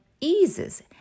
eases